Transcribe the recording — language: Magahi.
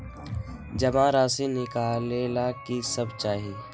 जमा राशि नकालेला कि सब चाहि?